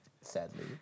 sadly